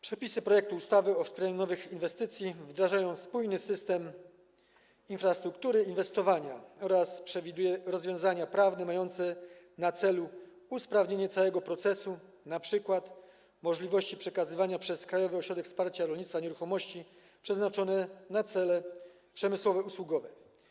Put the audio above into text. Przepisy projektu ustawy o wspieraniu nowych inwestycji wdrażają spójny system infrastruktury inwestowania oraz przewidują rozwiązania prawne mające na celu usprawnienie całego procesu, np. możliwość przekazywania przez Krajowy Ośrodek Wsparcia Rolnictwa nieruchomości przeznaczonych na cele przemysłowo-usługowe.